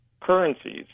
currencies